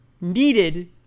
needed